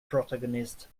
protagonist